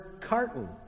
carton